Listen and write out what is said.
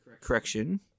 correction